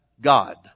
god